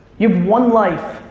you have one life,